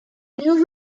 new